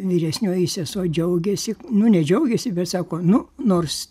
vyresnioji sesuo džiaugėsi nu ne džiaugėsi bet sako nu nors